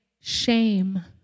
shame